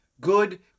good